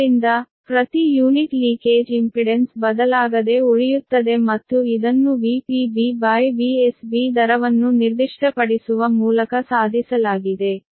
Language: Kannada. ಆದ್ದರಿಂದ ಪ್ರತಿ ಯೂನಿಟ್ ಲೀಕೇಜ್ ಇಂಪಿಡೆನ್ಸ್ ಬದಲಾಗದೆ ಉಳಿಯುತ್ತದೆ ಮತ್ತು ಇದನ್ನು VpBVsB ದರವನ್ನು ನಿರ್ದಿಷ್ಟಪಡಿಸುವ ಮೂಲಕ ಸಾಧಿಸಲಾಗಿದೆ